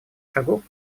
шагов